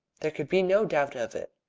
there could be no doubt of it.